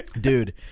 Dude